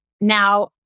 Now